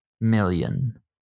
million